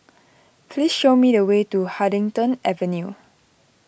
please show me the way to Huddington Avenue